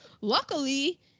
luckily